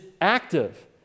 active